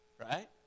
Right